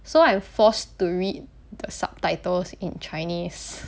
so I'm forced to read the subtitles in chinese